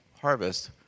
harvest